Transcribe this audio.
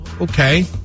Okay